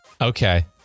Okay